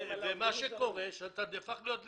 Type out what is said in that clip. ומה שקורה שאתה נהפך להיות לגמלאי,